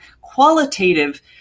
qualitative